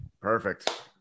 Perfect